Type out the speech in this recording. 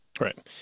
Right